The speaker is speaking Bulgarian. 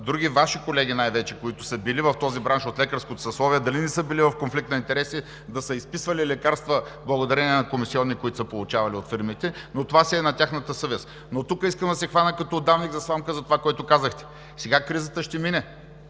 от лекарското съсловие, които са били в този бранш, дали не са били в конфликт на интереси и да са изписвали лекарства благодарение на комисиони, които са получавали от фирмите, но това си е на тяхната съвест. Тук искам да се хвана като удавник за сламка за това, което казахте. Сега кризата ще мине